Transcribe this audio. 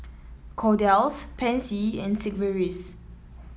Kordel's Pansy and Sigvaris